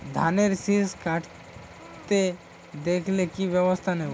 ধানের শিষ কাটতে দেখালে কি ব্যবস্থা নেব?